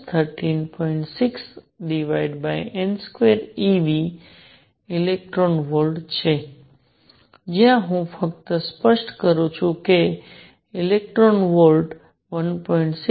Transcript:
6n2 eV electron volt છે જ્યાં હું ફક્ત સ્પષ્ટ કરું છું કે 1 ઇલેક્ટ્રોન વોલ્ટ 1